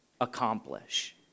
accomplish